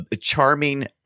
charming